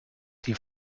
die